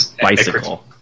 bicycle